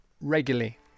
Regularly